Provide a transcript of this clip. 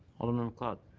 alderman macleod.